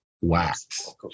Wax